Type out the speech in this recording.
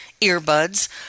earbuds